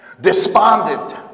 despondent